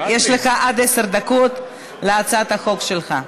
יש לך עד עשר דקות להצעת החוק שלך.